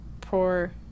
poor